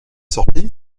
sorti